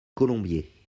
colombier